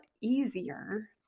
easier